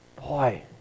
boy